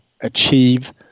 achieve